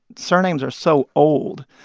surnames are so old,